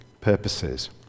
purposes